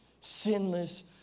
sinless